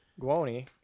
Guoni